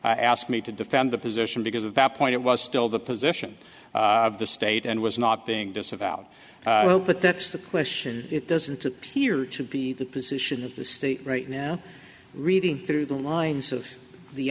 asked me to defend the position because of that point it was still the position of the state and was not being disavowed but that's the question it doesn't a theory should be the position of the state right now reading through the lines of the